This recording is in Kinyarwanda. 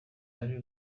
ari